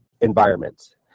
environments